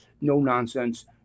no-nonsense